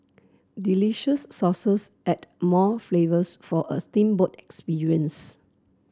delicious sauces add more flavours for a steamboat experience